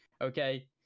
Okay